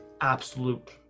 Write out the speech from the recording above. absolute